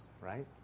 right